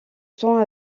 temps